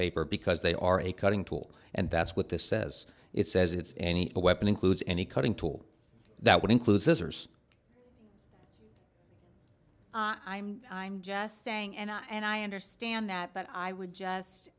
paper because they are a cutting tool and that's what this says it says it's any weapon includes any cutting tool that would include scissors i'm i'm just saying and i and i understand that but i would just